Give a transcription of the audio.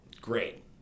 great